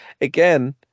Again